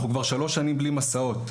אנחנו כבר שלוש שנים בלי מסעות.